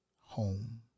home